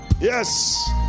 Yes